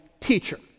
teacher